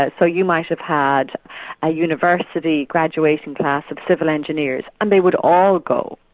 but so you might have had a university graduating class of civil engineers, and they would all go,